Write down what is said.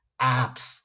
apps